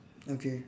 okay